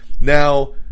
Now